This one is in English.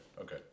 Okay